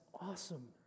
awesome